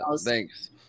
Thanks